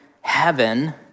heaven